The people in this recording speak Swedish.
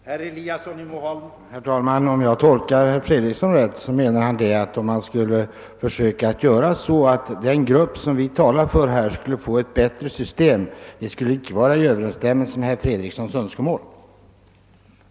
Herr talman! Om jag tolkar herr Fredriksson rätt menar han att om man skulle försöka göra så att den grupp vi här talar för skulle få ett bättre system, så skulle det inte vara i överensstämmelse med herr Fredrikssons önskemål.